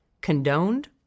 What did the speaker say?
condoned